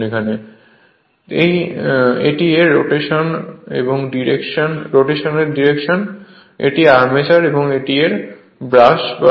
refer করুন slide time 1530 এটি এর রোটেশন ডিরেকশন এটি আর্মেচার এবং এটি এর ব্রাশ বার